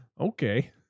Okay